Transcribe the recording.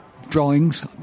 Drawings